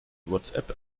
whatsapp